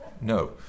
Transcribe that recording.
no